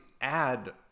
add